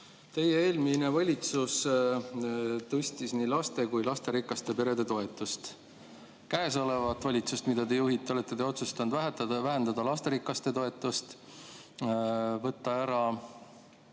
Teie eelmine valitsus tõstis nii laste- kui ka lasterikaste perede toetust. Käesolevas valitsuses, mida te juhite, olete te otsustanud vähendada lasterikaste [perede] toetust,